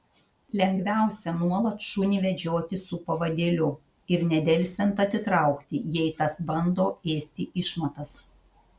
lengviausia nuolat šunį vedžioti su pavadėliu ir nedelsiant atitraukti jei tas bando ėsti išmatas